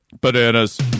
Bananas